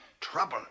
Trouble